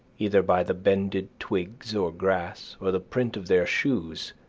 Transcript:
either by the bended twigs or grass, or the print of their shoes,